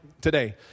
today